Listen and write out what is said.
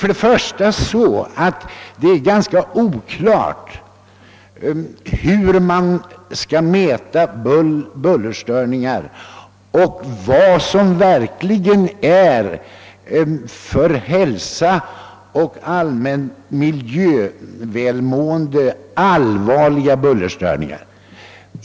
Först och främst är det ganska oklart hur man skall mäta bullerstörningar och vad som verkligen är för hälsa och allmänt miljövälmående allvarliga bullerstörningar.